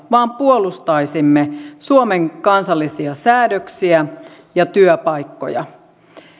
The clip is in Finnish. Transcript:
vaan puolustaisimme suomen kansallisia säädöksiä ja työpaikkoja